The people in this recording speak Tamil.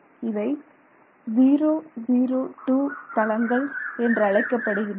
இவை 002 தளங்கள் என்றழைக்கப்படுகின்றன